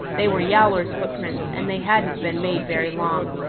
they were yowler's footprints, and they hadn't been made very long.